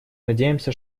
надеемся